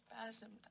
spasm